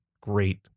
great